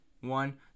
one